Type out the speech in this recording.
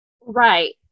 Right